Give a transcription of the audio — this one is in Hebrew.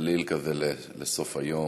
קליל כזה לסוף היום.